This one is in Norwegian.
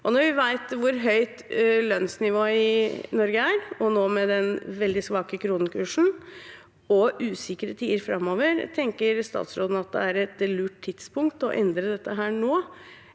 når vi vet hvor høyt lønnsnivået i Norge er, og nå med den veldig svake kronekursen og usikre tider framover, tenker statsråden at det er et lurt tidspunkt å endre dette på